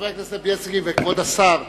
חבר הכנסת בילסקי וכבוד השר,